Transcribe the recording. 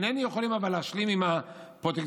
איננו יכולים להשלים עם הפרוטקציוניזם,